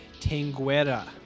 Tanguera